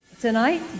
Tonight